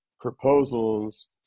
proposals